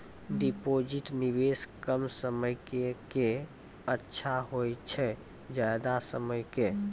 Deposit निवेश कम समय के के अच्छा होय छै ज्यादा समय के?